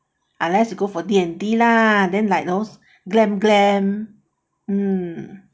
unless you go for D and T lah then like those glam glam mm